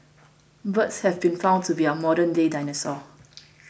birds have been found to be our modernday dinosaur